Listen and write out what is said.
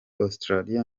australia